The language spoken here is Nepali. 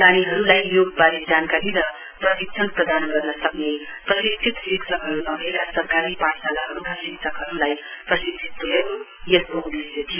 नानीहरूलाई योगबारे जानकारी र प्रशिक्षण प्रदान गर्न सक्ने प्रशिक्षित शिक्षकहरू नभएका सरकारी पाठशालाहरूका शिक्षकहरूलाई प्रशिक्षित तुल्याउनु यसको उदेश्य थियो